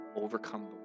overcome